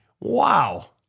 Wow